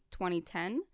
2010